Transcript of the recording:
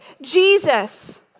Jesus